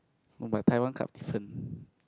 oh my Taiwan cup different